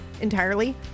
entirely